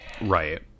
Right